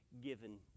given